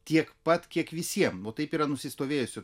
tiek pat kiek visiem nu taip yra nusistovėjusi